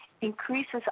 increases